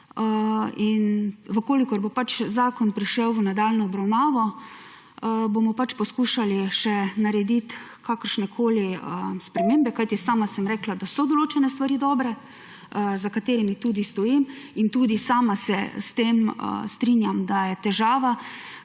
pazljiva. Če bo zakon prišel v nadaljnjo obravnavo, bomo pač poskušali še narediti kakršnekoli spremembe. Kajti sama sem rekla, da so določene stvari dobre, za katerimi tudi stojim in tudi sama se s tem strinjam, da je težava,